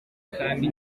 kandi